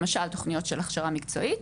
למשל תוכניות של הכשרה מקצועית.